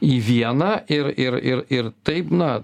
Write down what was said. į vieną ir ir ir ir taip na